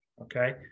Okay